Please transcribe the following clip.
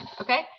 Okay